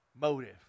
Motive